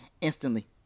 instantly